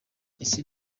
ese